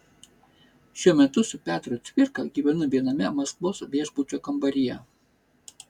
šiuo metu su petru cvirka gyvenu viename maskvos viešbučio kambaryje